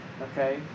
Okay